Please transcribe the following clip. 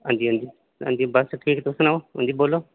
अंजी अंजी बस ठीक तुस सनाओ अंजी